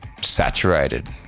saturated